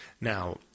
Now